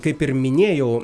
kaip ir minėjau